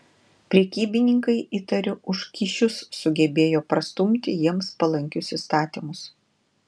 prekybininkai įtariu už kyšius sugebėjo prastumti jiems palankius įstatymus